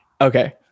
okay